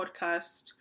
podcast